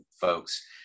folks